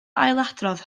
ailadrodd